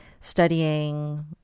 studying